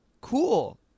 cool